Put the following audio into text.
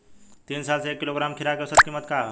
तीन साल से एक किलोग्राम खीरा के औसत किमत का ह?